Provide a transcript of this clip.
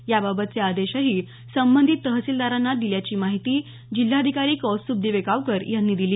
याबाबतचे आदेशही संबंधित तहलसीलदारांना दिल्याची माहिती जिल्हाधिकारी कौस्तुभ दिवेगावकर यांनी दिली